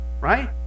Right